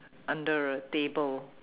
under a table